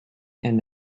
and